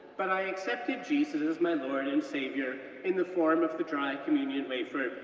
but i accepted jesus as my lord and savior in the form of the dry communion wafer,